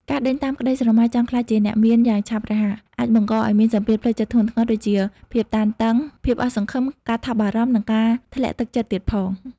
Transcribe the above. ការដេញតាមក្តីស្រមៃចង់ក្លាយជាអ្នកមានយ៉ាងឆាប់រហ័ស អាចបង្កឱ្យមានសម្ពាធផ្លូវចិត្តធ្ងន់ធ្ងរ ដូចជាភាពតានតឹង ភាពអស់សង្ឃឹម ការថប់បារម្ភ និងការធ្លាក់ទឹកចិត្តទៀតផង។